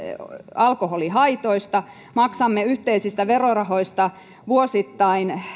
alkoholihaitoista maksamme yhteisistä verorahoista vuosittain